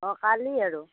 অঁ কালি আৰু